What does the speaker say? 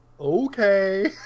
Okay